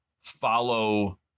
follow